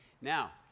Now